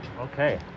okay